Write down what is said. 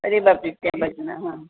अरे बापरे त्या बाजूला हां